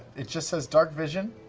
it just says darkvision.